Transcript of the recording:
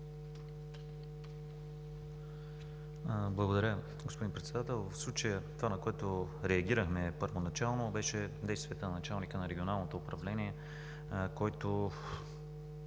Благодаря, господин Председател! В случая това, на което реагирахме първоначално, бяха действията на началника на Регионалното управление, който